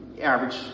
average